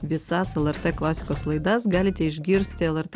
visas lrt klasikos laidas galite išgirsti lrt